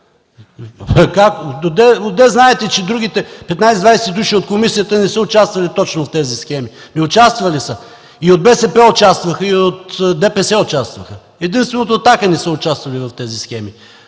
Откъде знаете, че другите 15-20 души от комисията не са участвали точно в тези схеми? Участвали са! И от БСП участваха, и от ДПС участваха! Единствено от „Атака” не са участвали в тези схеми